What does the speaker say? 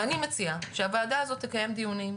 אני מציעה שהוועדה הזו תקיים דיונים,